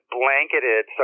blanketed